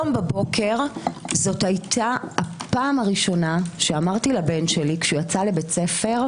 הבוקר הייתה הפעם הראשונה שאמרתי לבן שלי כשיצא לבית ספר: